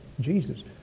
Jesus